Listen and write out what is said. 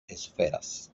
esferas